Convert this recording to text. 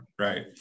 right